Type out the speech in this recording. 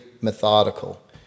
methodical